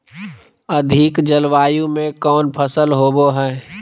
अधिक जलवायु में कौन फसल होबो है?